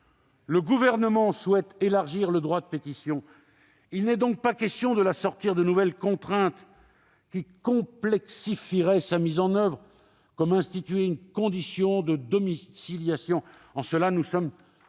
Le Gouvernement souhaite élargir le droit de pétition. Il n'est par conséquent pas question de l'assortir de nouvelles contraintes qui complexifieraient sa mise en oeuvre, comme l'institution d'une condition de domiciliation. En cela, nous sommes